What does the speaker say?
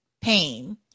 pain